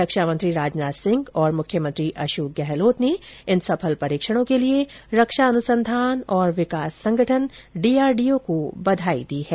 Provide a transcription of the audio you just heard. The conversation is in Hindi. रक्षा मंत्री राजनाथ सिंह और मुख्यमंत्री अशोक गहलोत ने सफल परीक्षणों के लिए रक्षा अनुसंधान और विकास संगठन डीआरडीओ को बधाई दी है